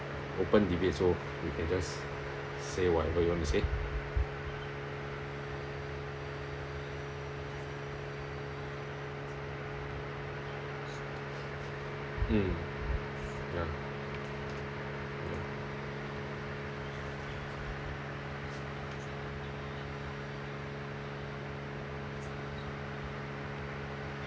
open debate so we can just say whatever you want to say mm ya mm